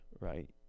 right